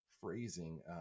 phrasing